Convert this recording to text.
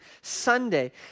Sunday